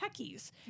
techies